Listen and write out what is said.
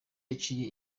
yaciye